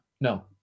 No